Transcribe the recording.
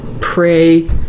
pray